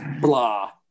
Blah